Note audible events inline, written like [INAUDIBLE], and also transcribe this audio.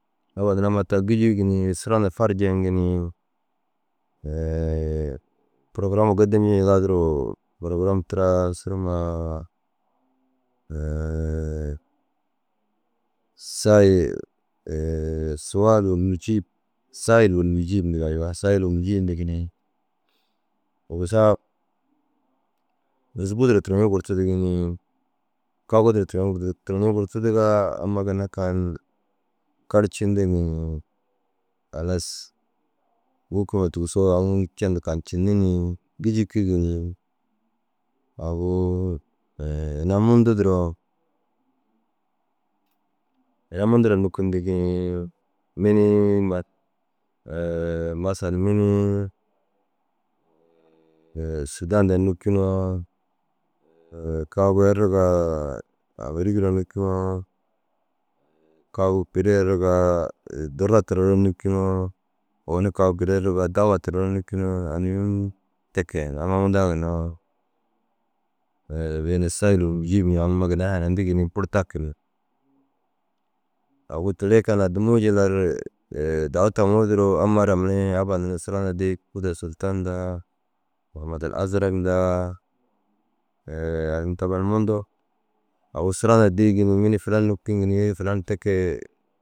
Abba nuruu amma ta gîjuugi ni sura hundaa faru jeŋi ni [HESITATION] porogirama gêdemcinaa duro porogiram tira suru ma [HESITATION] sayi [HESITATION] suwaluu unnu cii Sahil injil indigaa ye sahil injil indigi ni digisa usbuu duro turon ru gurtirig ni, kaagu duro turon ru gurtirig. Turon gurtidigaa amma ginna kal karcindigi ni. Halas Wôkima tugusoo aŋ cendu kancinni ni gîjikigi ni. Agu ina mundu duro, ina mundu raa nûkundigi ni binii [HESITATION] masal minii [HESITATION] sûdan daa nûkunoo [HESITATION] kaagu erigaa Amerik duro nûkunoo kaagu kuri erigaa durra tira daa nûkunoo owoni kaagu kuri erigaa dawa tira raa nûkinoo almihim te kee. Amma mundaa ginna [HESITATION] mire misaluu injiil aŋ amma ginnai hanayindigi ni buru daku ni. Agu teere kan addimuu jillar [HESITATION] dau taŋuu duro amma ara mire abba nuruu wi sura hundaa diig Bûrda sultan nda Mamar azirag nda [HESITATION] au in te mire mundu. Agu sura hundaa diigi ni mini filan nûkiŋi mini filan te kee